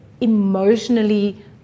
emotionally